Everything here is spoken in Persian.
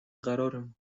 قرارمون